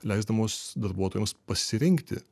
leisdamos darbuotojams pasirinkti